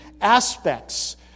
aspects